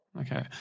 Okay